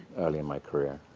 early in my career.